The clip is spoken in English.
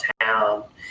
town